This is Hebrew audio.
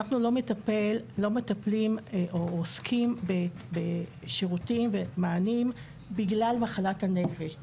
אנחנו לא מטפלים או עוסקים בשירותים ומענים בגלל מחלת הנפש.